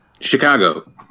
Chicago